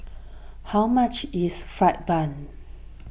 how much is Fried Bun